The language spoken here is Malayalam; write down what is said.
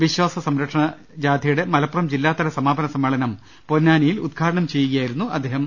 വിശ്വാസ സംരക്ഷണ ജാഥയുടെ മലപ്പുറം ജില്ലാതല സമാ പന സമ്മേളനം പൊന്നാനിയിൽ ഉദ്ഘാടനം ചെയ്യുകയായിരുന്നു അദ്ദേഹം